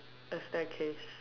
A staircase